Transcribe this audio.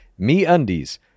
MeUndies